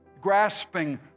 grasping